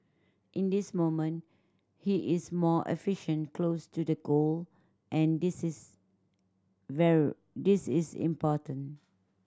in this moment he is more efficient close to the goal and this is this is important